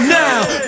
now